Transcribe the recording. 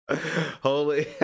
Holy